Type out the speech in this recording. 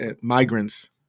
migrants